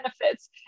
benefits